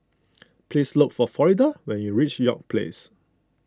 please look for Florida when you reach York Place